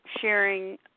sharing